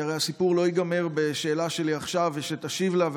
כי הרי הסיפור לא ייגמר בשאלה שלי עכשיו ושתשיב לה,